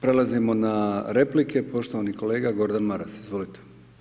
Prelazimo na replike, poštovani kolega Gordan Maras, izvolite.